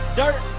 dirt